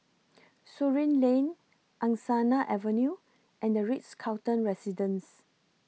Surin Lane Angsana Avenue and The Ritz Carlton Residences